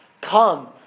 come